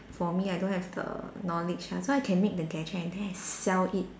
for me I don't have the knowledge ah so I can make the gadget and then I sell it